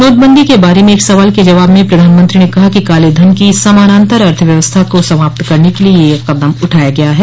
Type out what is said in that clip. नोटबंदी के बारे में एक सवाल के जवाब में प्रधानमंत्री ने कहा कि कालेधन की समानान्तर अर्थव्यवस्था को समाप्त करने के लिए यह कदम उठाया गया है